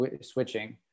switching